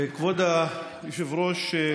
כבוד היושב-ראש,